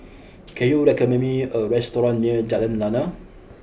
can you recommend me a restaurant near Jalan Lana